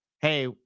hey